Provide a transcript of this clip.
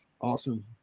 Awesome